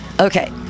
Okay